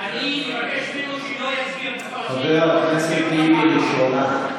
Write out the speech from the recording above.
למרות אלה שמנסים לאתגר אותם.